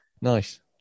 nice